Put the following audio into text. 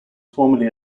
formerly